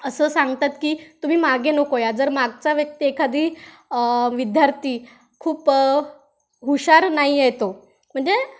असं सांगतात की तुम्ही मागे नको या जर मागचा व्यक्ती एखादी विद्यार्थी खूप हुशार नाही आहे तो म्हणजे